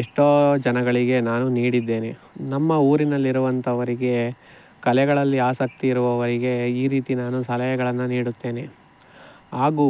ಎಷ್ಟೋ ಜನಗಳಿಗೆ ನಾನು ನೀಡಿದ್ದೇನೆ ನಮ್ಮ ಊರಿನಲ್ಲಿರುವಂಥವರಿಗೆ ಕಲೆಗಳಲ್ಲಿ ಆಸಕ್ತಿ ಇರುವವರಿಗೆ ಈ ರೀತಿ ನಾನು ಸಲಹೆಗಳನ್ನು ನೀಡುತ್ತೇನೆ ಹಾಗೂ